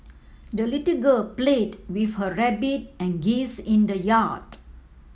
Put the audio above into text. the little girl played with her rabbit and geese in the yard